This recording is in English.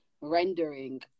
rendering